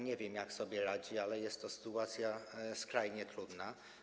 Nie wiem, jak sobie radzi, ale jest to sytuacja skrajnie trudna.